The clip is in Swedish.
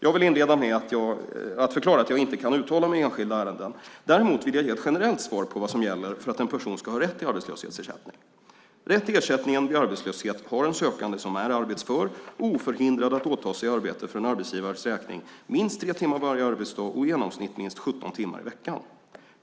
Jag vill inleda med att förklara att jag inte kan uttala mig i enskilda ärenden. Däremot vill jag ge ett generellt svar på vad som gäller för att en person ska ha rätt till arbetslöshetsersättning. Rätt till ersättning vid arbetslöshet har en sökande som är arbetsför och oförhindrad att åta sig arbete för en arbetsgivares räkning minst 3 timmar varje arbetsdag och i genomsnitt minst 17 timmar i veckan.